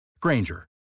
Granger